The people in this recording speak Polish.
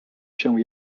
się